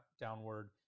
downward